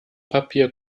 papier